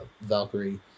Valkyrie